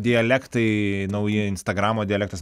dialektai nauji instagramo dialektas